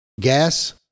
gas